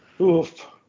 Oof